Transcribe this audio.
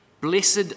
Blessed